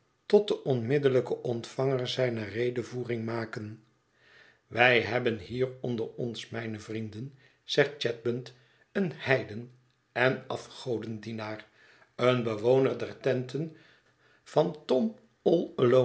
tot den onmiddellijken ontvanger zijner redevoering maken wij hebben hier onder ons mijne vrienden zegt chadband een heiden en afgodendienaar een bewoner der tenten van t